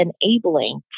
enabling